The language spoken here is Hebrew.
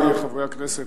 חברי חברי הכנסת,